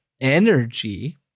energy